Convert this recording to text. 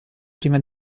prima